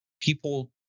people